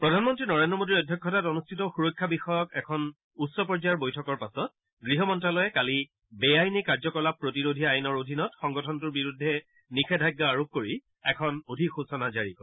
প্ৰধানমন্ত্ৰী নৰেন্দ্ৰ মোডীৰ অধ্যক্ষতাত অনুষ্ঠিত সুৰক্ষা বিষয়ক এখন উচ্চ পৰ্যায়ৰ বৈঠকৰ পাছত গৃহ মন্ত্যালয়ে কালি বেআইনী কাৰ্যকলাপ প্ৰতিৰোধী আইনৰ অধীনত সংগঠনটোৰ বিৰুদ্ধে নিধেযাজ্ঞা আৰোপ কৰি এখন অধিসূচনা জাৰি কৰে